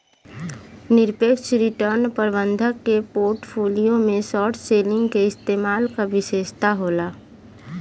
निरपेक्ष रिटर्न प्रबंधक के पोर्टफोलियो में शॉर्ट सेलिंग के इस्तेमाल क विशेषता होला